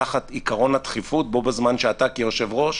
תחת עיקרון הדחיפות, בו בזמן שאתה כיושב-ראש